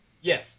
Yes